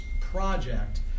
project